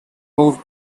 moved